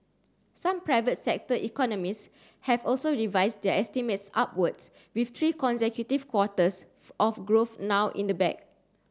some private sector economists have also revised their estimates upwards with three consecutive quarters of growth now in the bag